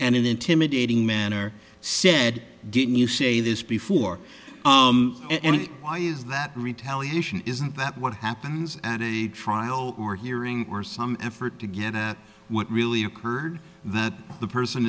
an intimidating manner said didn't you say this before and why is that retaliation isn't that what happens at a trial or hearing or some effort to get at what really occurred that the person